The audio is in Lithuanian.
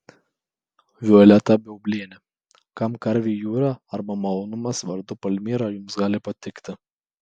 violeta baublienė kam karvei jūra arba malonumas vardu palmira jums gali patikti